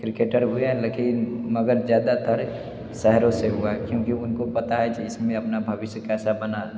cricketer हुए हैं लेकिन मगर ज़्यादातर शहरों से हुए हैं क्योंकि उनको पता है कि इसमें अपना भविष्य कैसा बना